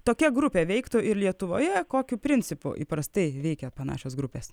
tokia grupė veiktų ir lietuvoje kokiu principu įprastai veikia panašios grupės